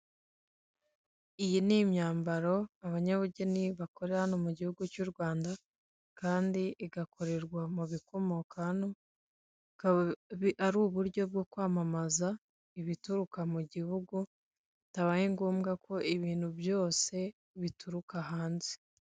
Iyi ni imyambaro abanyabugeni bakorera hano mu gihugu cy'u Rwanda kandi igakorerwa mu bikomoka hano bikaba ari uburyo bwo kwamamaza ibituruka mu gihugu bitabaye ngombwa ko ibintu byose bituruka hanze.